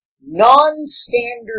non-standard